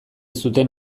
zuten